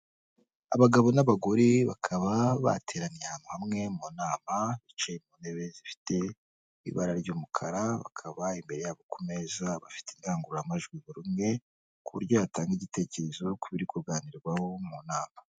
Abagabo n'abagore bakaba bateraniye hamwe mu nama, bicaye ku ntebe zifite ibara ry'umukara, bakaba imbere yabo ku meza bafite indangururamajwi buri umwe ku buryo yatanga igitekerezo ku biri kuganirwaho mu nama.